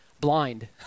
blind